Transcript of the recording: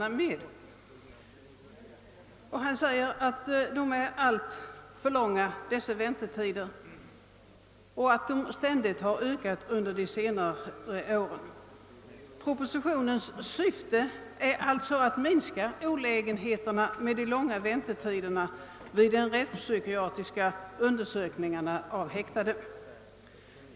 Han skriver nämligen att väntetiderna är alltför långa och att de under de senaste åren ständigt har ökat. Propositionens syfte är att minska olägenheterna med de långa väntetiderna vid de rättspsykiatriska undersökningarna av häktade.